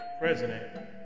president